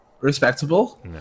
Respectable